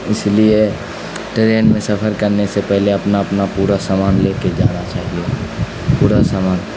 اس لیے ٹرین میں سفر کرنے سے پہلے اپنا اپنا پورا سامان لے کے جانا چاہیے پورا سامان